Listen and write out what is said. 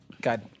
God